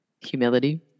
humility